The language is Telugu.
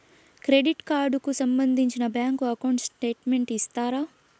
క్రెడిట్ కార్డు కు సంబంధించిన బ్యాంకు అకౌంట్ స్టేట్మెంట్ ఇస్తారా?